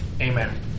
Amen